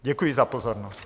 Děkuji za pozornost.